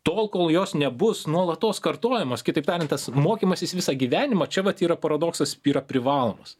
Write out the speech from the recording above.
tol kol jos nebus nuolatos kartojamos kitaip tariant tas mokymasis visą gyvenimą čia vat yra paradoksas yra privalomas